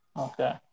Okay